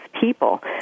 people